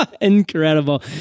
Incredible